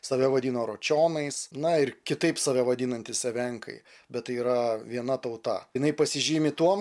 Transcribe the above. save vadino ročionais na ir kitaip save vadinantys evenkai bet tai yra viena tauta jinai pasižymi tuom